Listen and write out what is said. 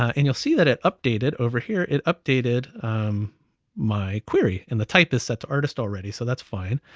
ah and you'll see that it updated over here. it updated my query, and the type is set to artist already. so that's fine,